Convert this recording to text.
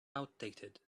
outdated